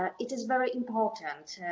ah it is very important.